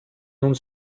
uns